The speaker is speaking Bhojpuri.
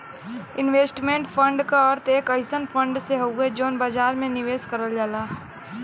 इन्वेस्टमेंट फण्ड क अर्थ एक अइसन फण्ड से हउवे जौन बाजार में निवेश करल जाला